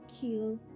kill